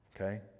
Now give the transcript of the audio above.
okay